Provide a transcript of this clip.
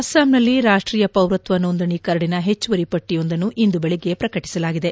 ಅಸ್ಪಾಂನಲ್ಲಿ ರಾಷ್ಟೀಯ ಪೌರತ್ವ ನೋಂದಣಿ ಕರಡಿನ ಹೆಚ್ಚುವರಿ ಪಟ್ಟಿಯೊಂದನ್ನು ಇಂದು ಬೆಳಗ್ಗೆ ಪ್ರಕಟಿಸಲಾಗಿದೆ